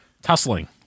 Tussling